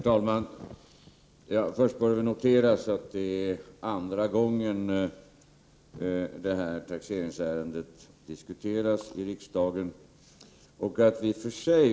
Herr talman! Det bör först noteras att det är andra gången som detta taxeringsärende diskuteras i riksdagen.